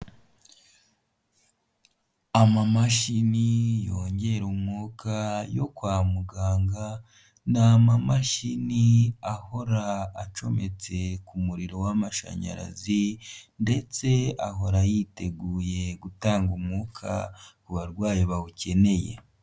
Amamashini yongera umwuka yo kwa muganga, ni amamashini ahora acometse ku muriro w'amashanyarazi ndetse ahora yiteguye gutanga umwuka ku barwayi bawukeneye.